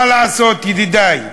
מה לעשות, ידידי,